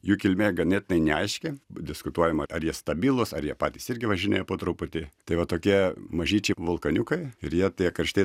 jų kilmė ganėtinai neaiški diskutuojama ar jie stabilūs ar jie patys irgi važinėja po truputį tai va tokie mažyčiai vulkaniukai ir jie tie karštieji